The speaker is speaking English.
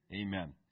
Amen